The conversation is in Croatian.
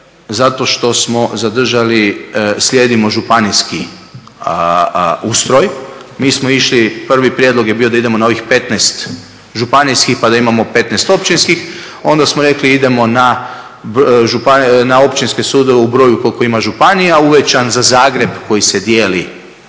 zato što smo zadržali, slijedimo županijski ustroj. Mi smo išli, prvi prijedlog je bio da idemo na ovih 15 županijskih pa da imamo 15 općinskih, a onda smo rekli idemo na općinske sudove u broju koliko ima županija uvećan za Zagreb koji se dijeli,